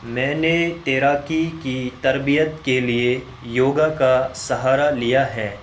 میں نے تیراکی کی تربیت کے لیے یوگا کا سہارا لیا ہے